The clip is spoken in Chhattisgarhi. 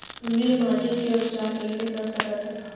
अम्लीय माटी के उपचार कइसे कर सकत हन?